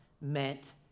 meant